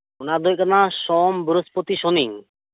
ᱚᱱᱟᱫᱚ ᱦᱩᱭᱩᱜ ᱠᱟᱱᱟ ᱥᱳᱢ ᱵᱨᱤᱦᱚᱥᱯᱚᱛᱤ ᱥᱚᱱᱤ